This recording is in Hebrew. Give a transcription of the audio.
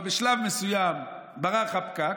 אבל בשלב מסוים ברח הפקק,